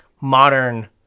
modern